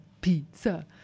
pizza